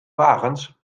wagens